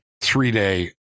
three-day